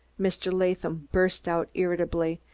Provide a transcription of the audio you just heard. mr. latham burst out irritably.